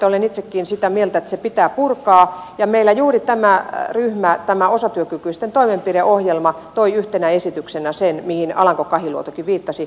olen itsekin sitä mieltä että se pitää purkaa ja meillä juuri tämä osatyökykyisten toimenpideohjelma toi yhtenä esityksenä sen mihin alanko kahiluotokin viittasi